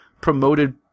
Promoted